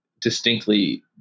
distinctly